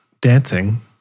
dancing